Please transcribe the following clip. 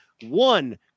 one